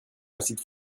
incite